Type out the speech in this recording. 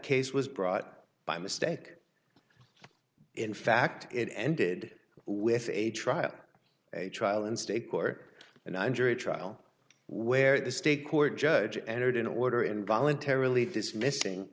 case was brought by mistake in fact it ended with a trial a trial in state court and i'm sure a trial where the state court judge entered an order in voluntarily dismissing